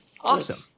awesome